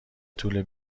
طول